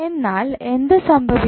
എന്നാൽ എന്ത് സംഭവിക്കും